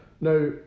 Now